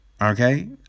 okay